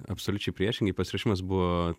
absoliučiai priešingai pasiruošimas buvo